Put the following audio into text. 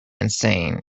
insane